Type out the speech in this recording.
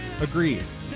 Agrees